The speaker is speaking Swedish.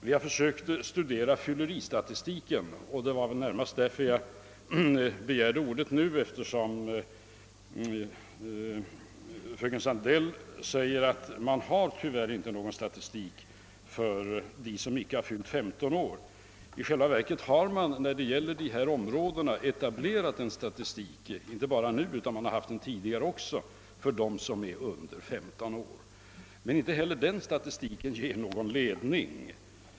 : Vi har också försökt studera fylleristatistiken, och det var närmast med anledning av detta studium som jag nu begärt ordet, eftersom fröken Sandell säger att det tyvärr inte finns någon statistik för dem som icke fyllt 15 år. I själva verket har man när det gäller dessa områden upprättat en statistik just för dem som är under 15 år — en sådan statistik har även funnits tidigare — men inte heller den ger någon ledning.